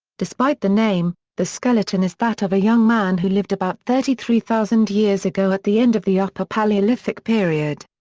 despite the name, the skeleton is that of a young man who lived about thirty three thousand years ago at the end of the upper paleolithic period.